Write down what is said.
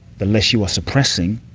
the less you are suppressing,